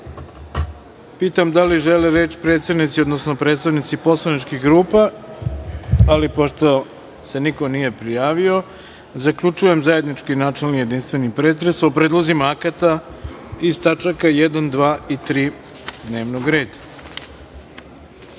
pitam da li žele reč predsednici, odnosno predstavnici poslaničkih grupa? (Ne.)Pošto se niko nije prijavio zaključujem zajednički načelni jedinstveni pretres o predlozima akata iz tač. 1, 2. i 3. dnevnog reda. Želim